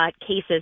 Cases